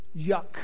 yuck